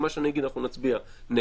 כי מה שאני אגיד: אנחנו נצביע נגד,